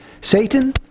Satan